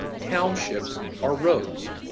townships are rows.